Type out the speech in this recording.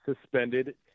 suspended